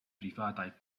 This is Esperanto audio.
privataj